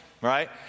right